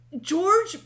George